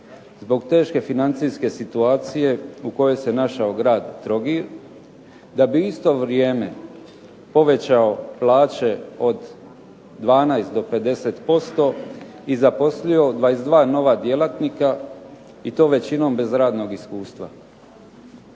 zbog teške financijske situacije u kojoj se našao grad Trogir, da bi u isto vrijeme povećao plaće od 12 do 50% i zaposlio 22 nova djelatnika i to većinom bez radnog iskustva.